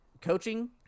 coaching